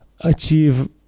achieve